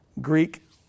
Greek